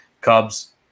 Cubs